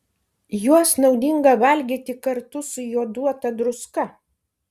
juos naudinga valgyti kartu su joduota druska